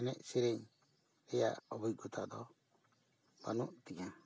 ᱮᱱᱮᱡ ᱥᱮᱨᱮᱧ ᱛᱮᱭᱟᱜ ᱚᱵᱷᱤᱠᱜᱚᱛᱟ ᱫᱚ ᱵᱟᱹᱱᱩᱜ ᱛᱤᱧᱟᱹ